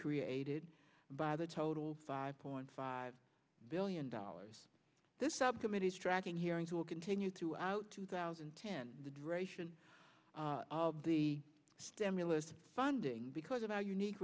created by the total five point five billion dollars this subcommittee is tracking hearings will continue throughout two thousand and ten the duration of the stimulus funding because of our unique